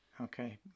Okay